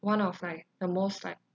one of like the most like